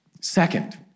Second